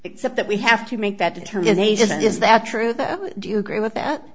except that we have to make that determination is that true do you agree with that